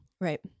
Right